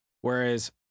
Whereas